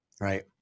Right